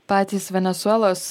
patys venesuelos